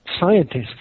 scientists